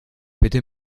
bitte